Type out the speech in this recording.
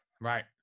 Right